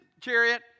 chariot